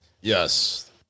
Yes